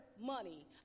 money